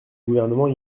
gouvernement